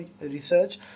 research